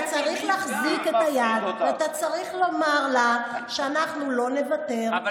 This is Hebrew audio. אתה צריך להחזיק את היד ואתה צריך לומר לה שאנחנו לא נוותר,